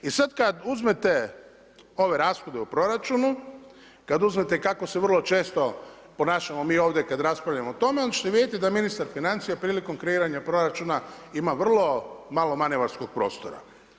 I sada kada uzmete ove rashode u proračunu, kada uzmete kako se vrlo često ponašamo mi ovdje kada raspravljamo o tome onda ćete vidjeti da ministar financija prilikom kreiranja proračuna ima vrlo malo manevarskog prostora.